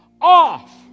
off